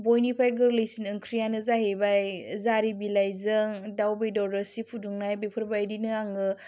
बयनिफ्रायबो गोरलैसिन ओंख्रियानो जाहैबाय जारि बिलाइजों दाउ बेदर रोसि फुदुंनाय बेफोरबायदिनो आङो